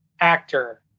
actor